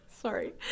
Sorry